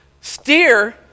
steer